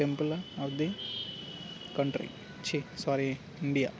temple of the country చి సారీ India